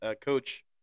Coach